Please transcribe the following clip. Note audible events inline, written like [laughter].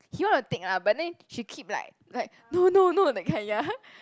he want to take lah but then she keep like like no no no that kind ya [laughs]